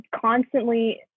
constantly